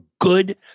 good